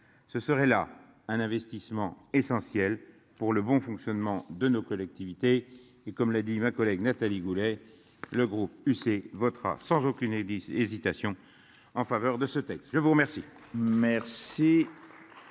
Ce serait là un investissement essentiel pour le bon fonctionnement de nos collectivités. Et comme l'a dit ma collègue Nathalie Goulet. Le groupe UC votera sans aucune. Hésitation en faveur de ce texte. Je vous remercie.